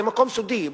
זה מקום סודי,